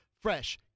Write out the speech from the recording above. fresh